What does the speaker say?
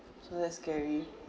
so that's scary